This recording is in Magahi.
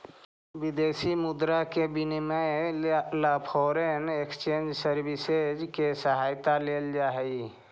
विदेशी मुद्रा के विनिमय ला फॉरेन एक्सचेंज सर्विसेस के सहायता लेल जा हई